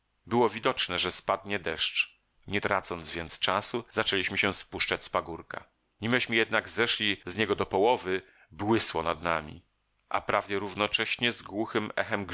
było widoczne że spadnie deszcz nie tracąc więc czasu zaczęliśmy się spuszczać z pagórka nimeśmy jednak zeszli z niego do połowy błysło nad nami a prawie równocześnie z głuchym echem grzmotu